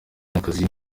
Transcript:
n’akazi